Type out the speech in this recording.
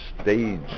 stage